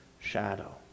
shadow